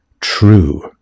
true